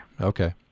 Okay